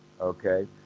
okay